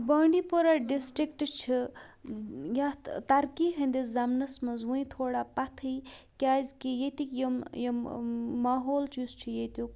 بانڈی پورہ ڈِسٹرٛک چھِ یَتھ ترقی ہِنٛدِس زَمنَس منٛز وٕنۍ تھوڑا پَتھٕے کیٛازِکہِ ییٚتِکۍ یِم یِم ماحول یُس چھِ ییٚتیُٚک